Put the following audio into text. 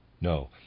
No